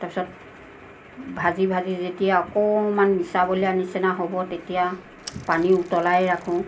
তাৰ পিছত ভাজি ভাজি যেতিয়া অকণমান মিঠা বৰণীয়া নিচিনা হ'ব তেতিয়া পানী উতলাই ৰাখোঁ